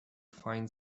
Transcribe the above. find